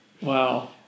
Wow